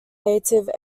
native